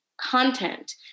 content